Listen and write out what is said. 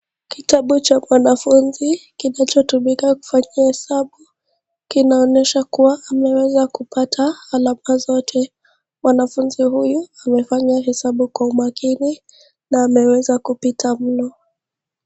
Kitabu cha wanafunzi kinachotumika kufanya hesabu kinaonyesha kuwa kupata alama zote. Mwanafunzi huyu amefanya hesabu Kwa umakini na ameweza kupita mno.